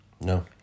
No